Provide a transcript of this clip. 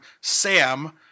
Sam